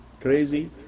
crazy